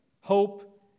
hope